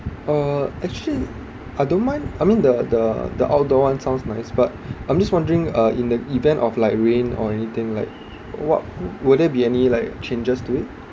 uh actually I don't mind I mean the the the outdoor one sounds nice but I'm just wondering uh in the event of like rain or anything like what would there be any like changes to it